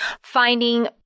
finding